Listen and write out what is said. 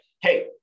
hey